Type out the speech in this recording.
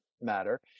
matter